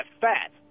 fat